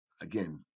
again